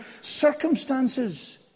circumstances